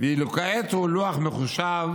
ואילו כעת הוא לוח מחושב.